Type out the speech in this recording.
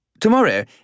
Tomorrow